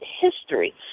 history